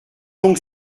donc